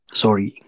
sorry